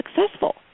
successful